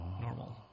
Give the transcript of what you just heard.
normal